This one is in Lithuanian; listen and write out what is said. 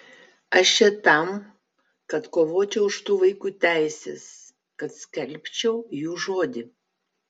aš čia tam kad kovočiau už tų vaikų teises kad skelbčiau jų žodį